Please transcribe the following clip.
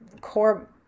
core